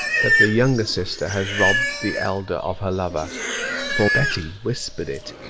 that the younger sister has robbed the elder of her lover for betty whispered it,